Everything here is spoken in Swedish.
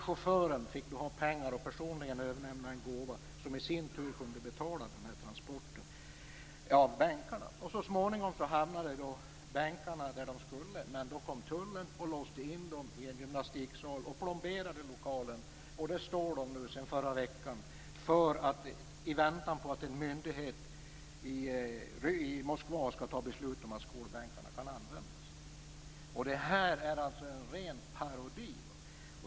Chauffören fick då ha pengar och personligen överlämna en gåva som i sin tur kunde betala transporten av bänkarna. Så småningom hamnade bänkarna där de skulle. Men då kom tullen och låste in dem i en gymnastiksal som sedan plomberades. Där står de nu sedan förra veckan i väntan på att en myndighet i Moskva skall fatta beslut om att skolbänkarna kan användas. Det här är alltså en ren parodi.